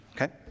okay